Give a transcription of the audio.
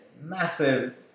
massive